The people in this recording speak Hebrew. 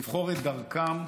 לבחור את דרכם,